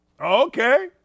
Okay